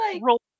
roll